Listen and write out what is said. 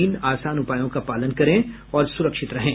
तीन आसान उपायों का पालन करें और सुरक्षित रहें